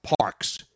Parks